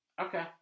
Okay